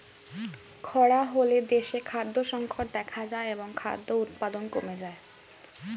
খরা হলে দেশে খাদ্য সংকট দেখা যায় এবং খাদ্য উৎপাদন কমে যায়